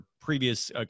previous